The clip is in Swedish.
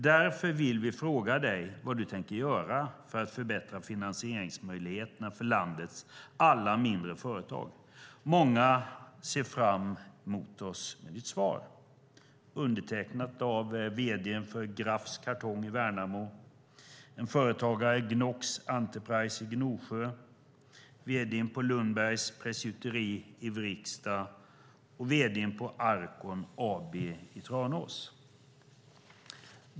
Därför vill vi fråga dig vad du tänker göra för att förbättra finansieringsmöjligheterna för landets alla mindre företag. Många med oss ser fram emot ditt svar. Brevet är undertecknat av vd:n för Gafs Kartong i Värnamo, en företagare vid Gnox Enterprise i Gnosjö, vd:n för AB Lundbergs Pressgjuteri i Vrigstad och vd:n för Arkon AB i Tranås.